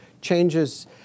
changes